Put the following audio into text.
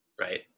right